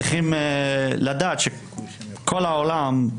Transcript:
צריכים לדעת שכל העולם,